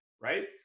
Right